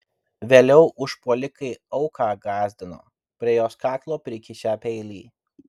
vėliau užpuolikai auką gąsdino prie jos kaklo prikišę peilį